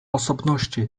osobności